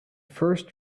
first